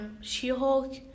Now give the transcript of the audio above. She-Hulk